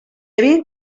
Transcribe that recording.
havien